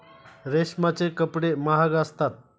रेशमाचे कपडे महाग असतात